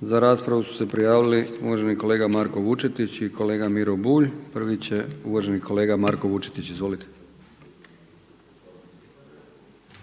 za raspravu su se prijavili uvaženi kolega Marko Vučetić i kolega Miro Bulj. Prvi će uvaženi kolega Marko Vučetić. Izvolite.